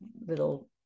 little